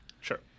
Sure